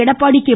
Edappadi K